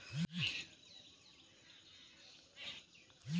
मछलियों में जलोदर रोग तथा सफेद दाग नामक रोग भी होता है